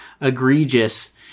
egregious